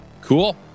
Cool